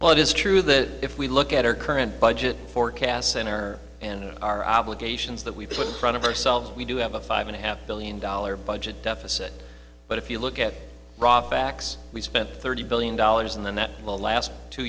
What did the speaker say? well it is true that if we look at our current budget forecast center and our obligations that we put in front of ourselves we do have a five and a half billion dollar budget deficit but if you look at raw facts we spent thirty billion dollars and then that will last two